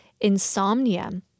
insomnia